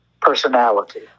personality